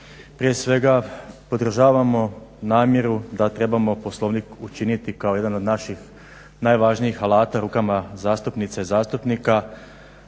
prije svega podržavamo namjeru da trebamo Poslovnik učiniti kao jedan od naših najvažnijih alata u rukama zastupnica i zastupnika